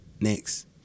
Next